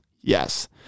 Yes